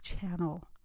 channel